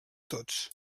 tots